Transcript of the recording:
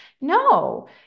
No